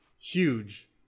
huge